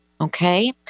okay